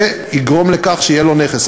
ויגרום לכך שיהיה לו נכס.